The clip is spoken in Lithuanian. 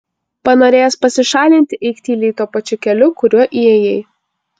panorėjęs pasišalinti eik tyliai tuo pačiu keliu kuriuo įėjai